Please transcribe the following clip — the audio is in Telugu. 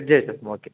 సెట్ చేసేద్దాం ఓకే